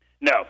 No